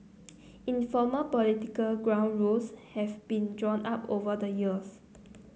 informal political ground rules have been drawn up over the years